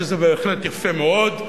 שזה בהחלט יפה מאוד,